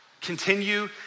continue